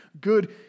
good